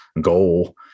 goal